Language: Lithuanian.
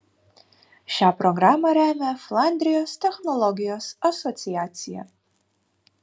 šią programą remia flandrijos technologijos asociacija